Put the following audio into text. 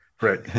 right